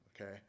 okay